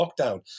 lockdown